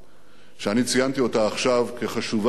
שאני ציינתי אותה עכשיו כחשובה ביותר,